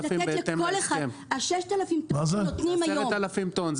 לתת לכל אחד --- זה רק 10,000 טון בהתאם להסכם.